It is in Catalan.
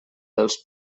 dels